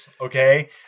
okay